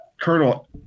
Colonel